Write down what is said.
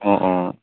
অঁ অঁ